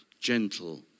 gentle